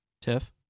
tiff